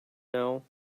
now